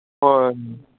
ꯍꯣꯏ